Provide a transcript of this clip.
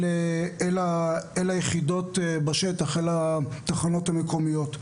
אל היחידות בשטח, אל התחנות המקומיות.